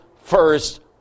first